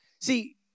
See